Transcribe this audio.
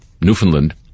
Newfoundland